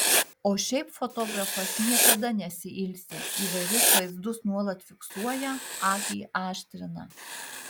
o šiaip fotografas niekada nesiilsi įvairius vaizdus nuolat fiksuoja akį aštrina